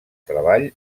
treball